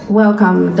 welcome